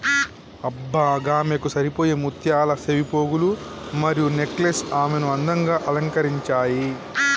అబ్బ గామెకు సరిపోయే ముత్యాల సెవిపోగులు మరియు నెక్లెస్ ఆమెను అందంగా అలంకరించాయి